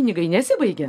pinigai nesibaigė